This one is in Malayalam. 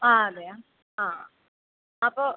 ആ അതെയൊ ആ അപ്പോൾ